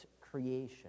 creation